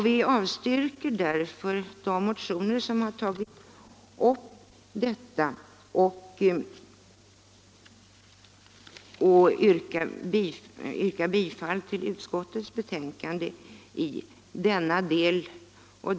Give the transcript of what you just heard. Vi avstyrker därför de motioner som har tagit upp denna fråga och yrkar bifall till utskottets hemställan i den delen.